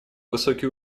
высокий